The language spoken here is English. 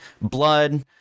blood